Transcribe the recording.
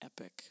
epic